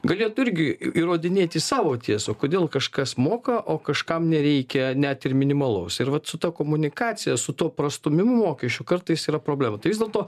galėtų irgi įrodinėti savo tiesą kodėl kažkas moka o kažkam nereikia net ir minimalaus ir vat su ta komunikacija su tuo prastūmimu mokesčių kartais yra problemų tai vis dėlto